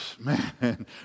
Man